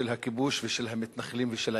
הכיבוש ושל המתנחלים ושל ההתנחלויות.